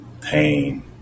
pain